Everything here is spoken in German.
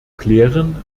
klären